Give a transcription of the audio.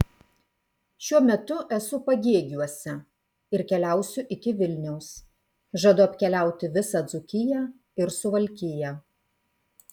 šiuo metu esu pagėgiuose ir keliausiu iki vilniaus žadu apkeliauti visą dzūkiją ir suvalkiją